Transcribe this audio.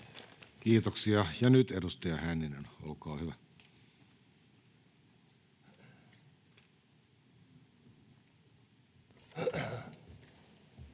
Kiitoksia. — Edustaja Lindberg, olkaa hyvä.